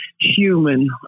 human